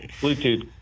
Bluetooth